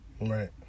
right